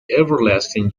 everlasting